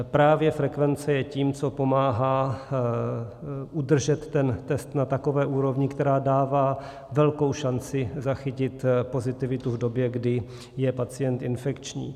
Právě frekvence je tím, co pomáhá udržet ten test na takové úrovni, která dává velkou šanci zachytit pozitivitu v době, kdy je pacient infekční.